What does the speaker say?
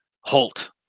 Halt